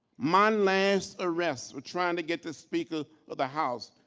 my last arrest for trying to get the speaker of the house,